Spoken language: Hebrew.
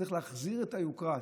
צריך להחזיר את היוקרה,